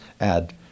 add